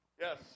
Yes